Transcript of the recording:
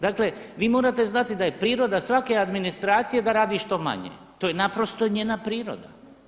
Dakle vi morate znati da je priroda svake administracije da radi što manje, to je naprosto njena priroda.